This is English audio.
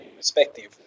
perspective